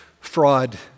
fraud